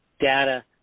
data